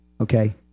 okay